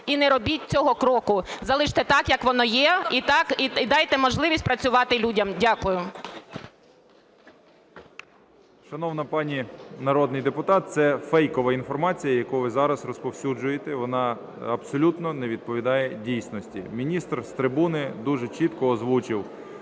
і не робіть цього кроку, залиште так, як воно є, і дайте можливість працювати людям. Дякую. 11:15:43 ШМИГАЛЬ Д.А. Шановна пані народний депутат, це фейкова інформація, яку ви зараз розповсюджуєте, і вона абсолютно не відповідає дійсності. Міністр з трибуни дуже чітко озвучив: